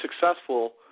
successful